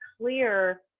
clear